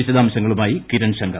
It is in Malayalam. വിശദാംശങ്ങളുമായി കിരൺ ശങ്കർ